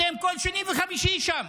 אתם כל שני וחמישי שם.